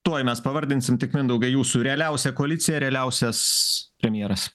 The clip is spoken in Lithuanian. tuoj mes pavardinsim tik mindaugai jūsų realiausia koalicija realiausias premjeras